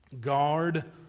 Guard